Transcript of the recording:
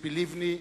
ציפי לבני.